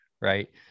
right